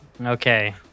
Okay